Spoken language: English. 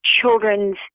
children's